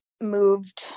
moved